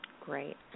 Great